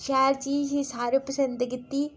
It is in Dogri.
शैल चीज़ गी सारे पसंद कीती